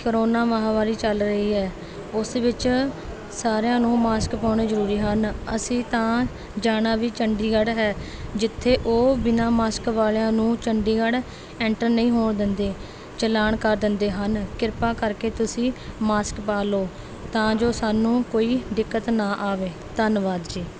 corona ਮਹਾਂਮਾਰੀ ਚੱਲ ਰਹੀ ਹੈ ਉਸ ਵਿੱਚ ਸਾਰਿਆਂ ਨੂੰ ਮਾਸਕ ਪਾਉਣੇ ਜ਼ਰੂਰੀ ਹਨ ਅਸੀਂ ਤਾਂ ਜਾਣਾ ਵੀ ਚੰਡੀਗੜ੍ਹ ਹੈ ਜਿੱਥੇ ਓਹ ਬਿਨਾਂ ਮਾਸਕ ਵਾਲਿਆਂ ਨੂੰ ਚੰਡੀਗੜ੍ਹ ਐਂਟਰ ਨਹੀਂ ਹੋਣ ਦਿੰਦੇ ਚਲਾਨ ਕਰ ਦਿੰਦੇ ਹਨ ਕਿਰਪਾ ਕਰਕੇ ਤੁਸੀਂ ਮਾਸਕ ਪਾ ਲਓ ਤਾਂ ਜੋ ਸਾਨੂੰ ਕੋਈ ਦਿੱਕਤ ਨਾ ਆਵੇ ਧੰਨਵਾਦ ਜੀ